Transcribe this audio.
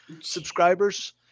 subscribers